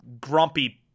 grumpy